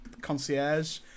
concierge